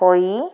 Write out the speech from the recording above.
ହୋଇ